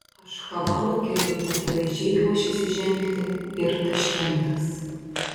ašchabado keliu akivaizdžiai ruošiasi žengti ir taškentas